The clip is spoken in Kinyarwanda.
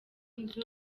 nzu